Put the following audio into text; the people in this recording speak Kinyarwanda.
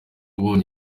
ubonye